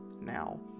now